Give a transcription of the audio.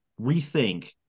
rethink